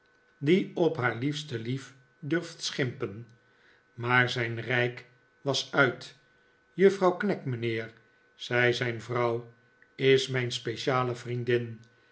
die op haar liefste lief durft schimpen maar zijn rijk was uit juffrouw knag mijnheer zei zijn vrouw is mijn speciale vriendin